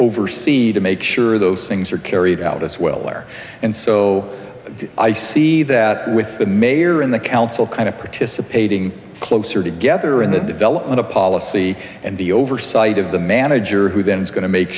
oversee to make sure those things are carried out as well or and so i see that with the mayor and the council kind of participating closer together in the development of policy and the oversight of the manager who then is going to make